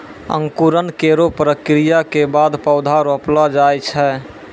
अंकुरन केरो प्रक्रिया क बाद पौधा रोपलो जाय छै